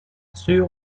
sur